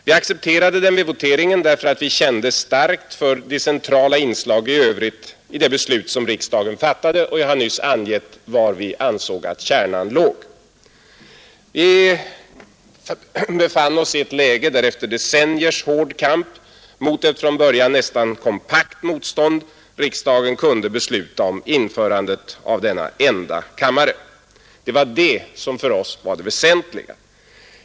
Vi accepterade den därför att vi kände starkt för centrala inslag i övrigt — vilka de var angav jag nyss — i det beslut som riksdagen fattade. Efter decenniers hård kamp av liberaler mot från början närmast kompakt motstånd kunde riksdagen besluta om införandet av denna enda kammare. Det var det som för oss var det väsentliga.